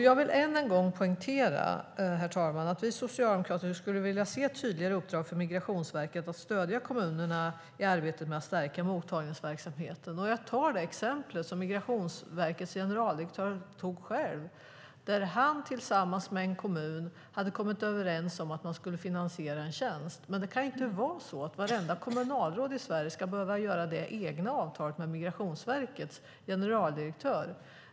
Jag vill än en gång poängtera, herr talman, att vi socialdemokrater skulle vilja se ett tydligare uppdrag för Migrationsverket att stödja kommunerna i arbetet med att stärka mottagningsverksamheten. Jag tar det exempel som Migrationsverkets generaldirektör själv tog, där han tillsammans med en kommun hade kommit överens om att man skulle finansiera en tjänst. Men det kan inte vara så att vartenda kommunalråd i Sverige ska behöva göra det egna avtalet med Migrationsverkets generaldirektör.